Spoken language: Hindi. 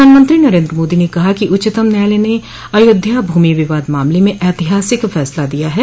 प्रधानमंत्री नरेन्द्र मोदी ने कहा है कि उच्चतम न्यायालय ने अयोध्या भूमि विवाद मामले में ऐतिहासिक फैसला दिया है